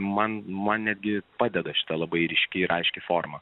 man man netgi padeda šita labai ryški ir aiški forma